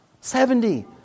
Seventy